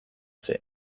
zen